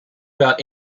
about